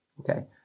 okay